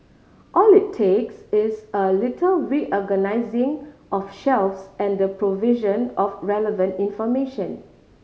all it takes is a little reorganising of shelves and the provision of relevant information